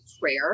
prayer